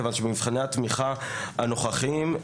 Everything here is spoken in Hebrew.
כיוון שמבחני התמיכה הנוכחיים,